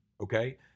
okay